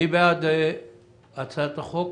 מי בעד הצעת החוק,